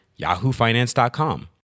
yahoofinance.com